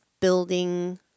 building